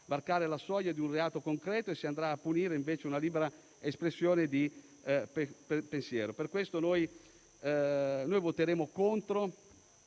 la soglia di un reato concreto e si andrà a punire invece una libera espressione di pensiero. Per questo noi voteremo contro,